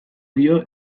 dio